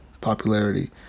popularity